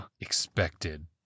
expected